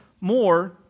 more